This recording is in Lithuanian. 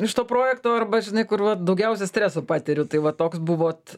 iš to projekto arba žinai kur va daugiausia streso patiriu tai va toks buvot